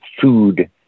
food